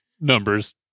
numbers